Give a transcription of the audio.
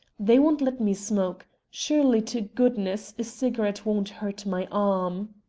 they won't let me smoke. surely to goodness, a cigarette won't hurt my arm.